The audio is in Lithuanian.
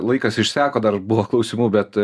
laikas išseko dar buvo klausimų bet